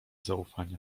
zaufania